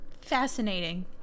fascinating